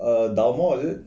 err Dalmore is it